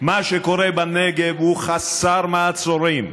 מה שקורה בנגב הוא חסר מעצורים.